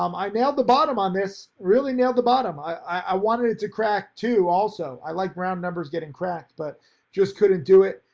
um i nailed the bottom on this really nailed the bottom. i i wanted it to crack too also. i like round numbers getting cracked but just couldn't do it.